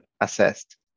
assessed